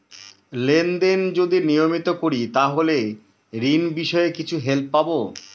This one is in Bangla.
লেন দেন যদি নিয়মিত করি তাহলে ঋণ বিষয়ে কিছু হেল্প পাবো?